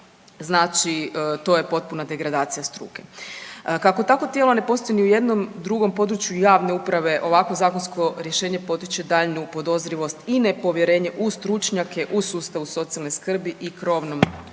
znači to je potpuna degradacija struke. Kako takvo tijelo ne postoji ni u jednom drugom području javne uprave ovakvo zakonsko rješenje potiče daljnju podozrivnost i nepovjerenje u stručnjake u sustavu socijalne skrbi i krovnom znači